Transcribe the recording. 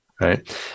right